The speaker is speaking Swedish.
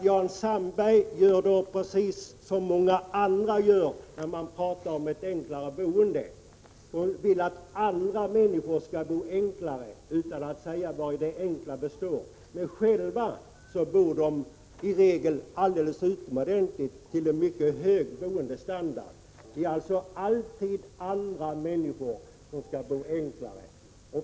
Jan Sandberg gör precis som så många andra som pratar om ett enklare boende. De vill att alla människor skall bo enklare, utan att säga vari det enkla består. Men själva bor de i regel alldeles utomordentligt, med en mycket hög boendestandard. Det är alltså alltid andra människor som skall bo enklare.